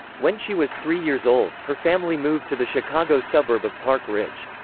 when she was three years old, her family moved to the chicago suburb of park ridge.